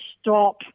stop